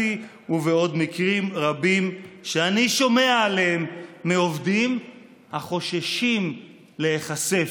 ובעוד מקרים רבים שאני שומע עליהם מעובדים החוששים להיחשף.